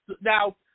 now